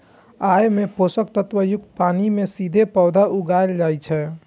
अय मे पोषक तत्व युक्त पानि मे सीधे पौधा उगाएल जाइ छै